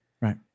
Right